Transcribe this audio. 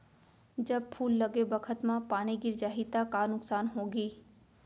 जब फूल लगे बखत म पानी गिर जाही त का नुकसान होगी?